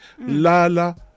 Lala